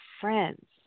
friends